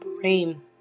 brain